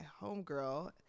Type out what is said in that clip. homegirl